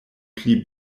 pli